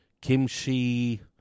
kimchi